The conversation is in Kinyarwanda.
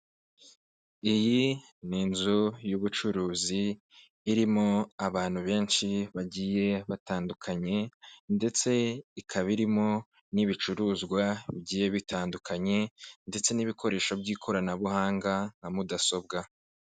Iyi ni inzu y'ubucuruzi irimo abantu benshi bagiye batandukanye ndetse ikaba irimo n'ibicuruzwa bigiye bitandukanye ndetse n'ibikoresho by'ikoranabuhanga nka mudasobwa.